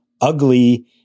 ugly